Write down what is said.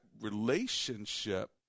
relationship